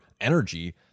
energy